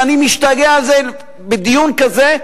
ואני משתגע מכך שבדיון כזה,